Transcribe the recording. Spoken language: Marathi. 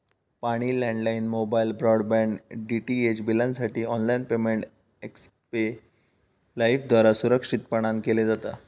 पाणी, लँडलाइन, मोबाईल, ब्रॉडबँड, डीटीएच बिलांसाठी ऑनलाइन पेमेंट एक्स्पे लाइफद्वारा सुरक्षितपणान केले जाते